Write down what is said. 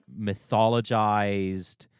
mythologized